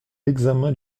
l’examen